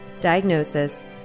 diagnosis